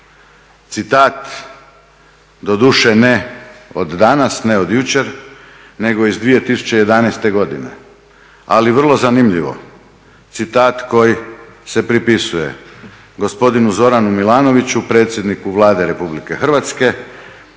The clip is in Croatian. Citat, doduše ne od danas, ne od jučer, nego iz 2011. godine, ali vrlo zanimljivo. Citat koji se pripisuje gospodinu Zoranu Milanoviću, predsjedniku Vlade RH,